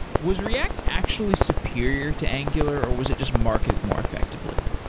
was react actually superior to angular, or was it just marketed more effectively?